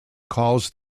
cause